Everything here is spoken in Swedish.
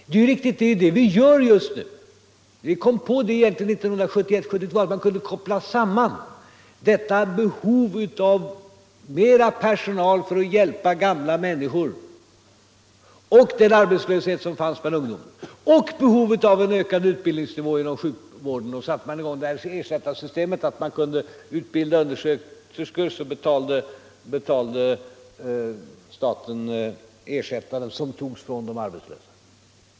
Det är riktigt — och det är det vi gör just nu: Vi kom på 1971-1972 att man kunde koppla samman detta behov av mer personal för att hjälpa gamla människor med den arbetslöshet som fanns bland ungdomen, och behovet av ökad utbildning inom sjukvården. Då satte man i gång ersättarsystemet, som innebär att man kan utbilda undersköterskor, och staten betalade ersättaren, som togs från de arbetslösa.